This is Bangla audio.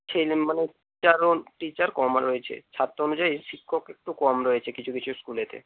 মানে কারণ টিচার কম রয়েছে ছাত্র অনুযায়ী শিক্ষক একটু কম রয়েছে কিছু কিছু স্কুলেতে